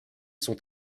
sont